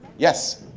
yes.